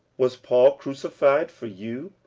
was paul crucified for you?